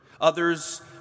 Others